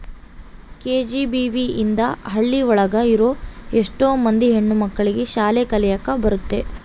KGBV ಇಂದ ಹಳ್ಳಿ ಒಳಗ ಇರೋ ಎಷ್ಟೋ ಮಂದಿ ಹೆಣ್ಣು ಮಕ್ಳಿಗೆ ಶಾಲೆ ಕಲಿಯಕ್ ಬರುತ್ತೆ